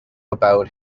about